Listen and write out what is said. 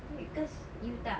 is it cause you tak